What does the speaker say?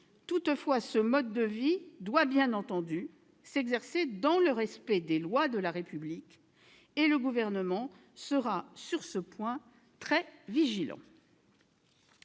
Toutefois, ce mode de vie doit bien entendu s'exercer dans le respect des lois de la République, et le Gouvernement sera sur ce point très vigilant.